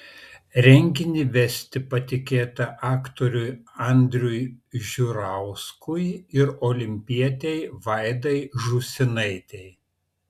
renginį vesti patikėta aktoriui andriui žiurauskui ir olimpietei vaidai žūsinaitei